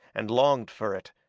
and longed fur it,